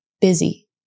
busy